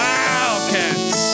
Wildcats